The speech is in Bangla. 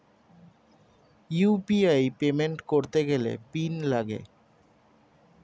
ইউ.পি.আই পেমেন্ট করতে গেলে পিন লাগে